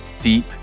deep